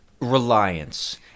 Reliance